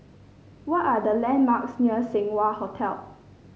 what are the landmarks near Seng Wah Hotel